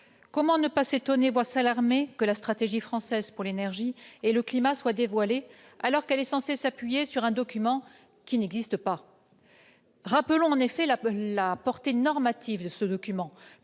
Comment ne pas s'étonner, voire s'alarmer, que la stratégie française pour l'énergie et le climat soit dévoilée alors qu'elle est censée s'appuyer sur un document qui n'existe pas ? Rappelons en effet la portée normative de ce document